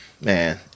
man